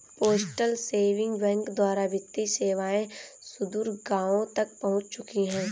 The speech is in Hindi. पोस्टल सेविंग बैंक द्वारा वित्तीय सेवाएं सुदूर गाँवों तक पहुंच चुकी हैं